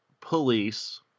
police